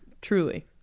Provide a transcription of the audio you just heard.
truly